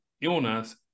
illness